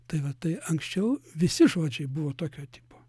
tai tai anksčiau visi žodžiai buvo tokio tipo